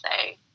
say